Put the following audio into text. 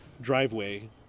driveway